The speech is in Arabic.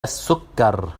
السكر